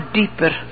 deeper